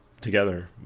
together